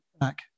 back